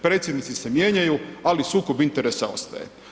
Predsjednici se mijenjaju, ali sukob interesa ostaje.